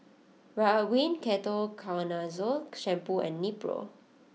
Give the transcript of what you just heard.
Ridwind Ketoconazole Shampoo and Nepro